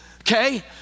okay